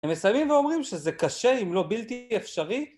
הם מסיימים ואומרים שזה קשה אם לא בלתי אפשרי?